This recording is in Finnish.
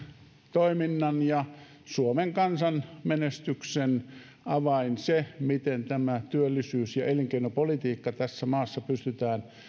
toiminnan ja suomen kansan menestyksen avain se miten tämä työllisyys ja ja elinkeinopolitiikka tässä maassa pystytään